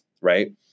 Right